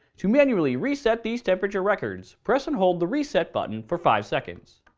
to manually reset these temperature records, press and hold the reset button for five seconds.